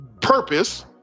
purpose